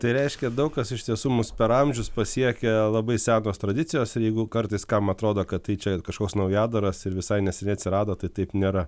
tai reiškia daug kas iš tiesų mus per amžius pasiekia labai senos tradicijos tai jeigu kartais kam atrodo kad tai čia kažkoks naujadaras ir visai neseniai atsirado tai taip nėra